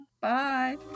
Bye